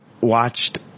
watched